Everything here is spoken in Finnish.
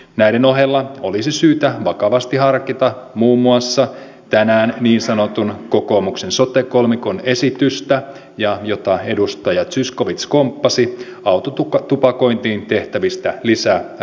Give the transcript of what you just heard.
näiden ohella olisi syytä vakavasti harkita muun muassa tänään esillä ollutta niin sanotun kokoomuksen sote kolmikon esitystä jota edustaja zyskowicz komppasi autotupakointiin tehtävistä lisärajoituksista